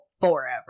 Forever